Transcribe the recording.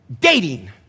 Dating